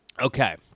Okay